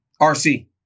RC